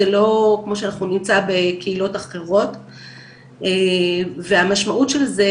זה לא כמו שאנחנו נמצא בקהילות אחרות והמשמעות של זה,